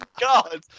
god